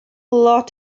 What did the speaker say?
lot